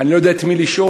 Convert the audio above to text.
אני לא יודע את מי לשאול,